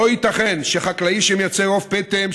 לא ייתכן שחקלאי שמייצר עוף פטם,